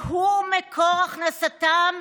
שהוא מקור הכנסתם,